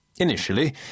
Initially